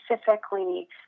specifically